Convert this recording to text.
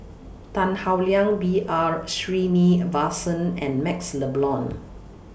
Tan Howe Liang B R Sreenivasan and MaxLe Blond